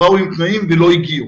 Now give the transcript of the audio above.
באו עם תנאים ולא הגיעו,